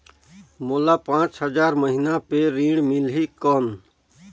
मोला पांच हजार महीना पे ऋण मिलही कौन?